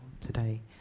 today